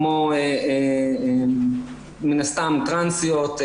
כמו מן הסתם - טרנסיות,